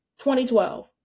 2012